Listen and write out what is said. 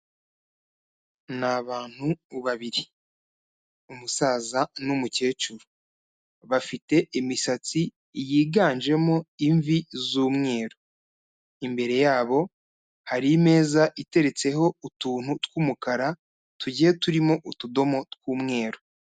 Ni abantu babiri, umusaza n'umukecuru bafite imisatsi yiganjemo imvi z'umweru, imbere yabo hari imeza iteretseho utuntu tw'umukara tugiye turimo utudomo tw'umweru.